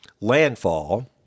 landfall